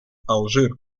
алжир